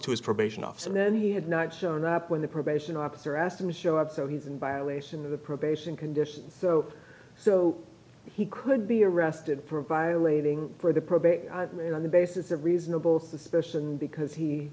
to his probation office and then he had not shown up when the probation officer asked him to show up so he's in violation of the probation conditions so so he could be arrested for violating for the probate on the basis of reasonable suspicion because he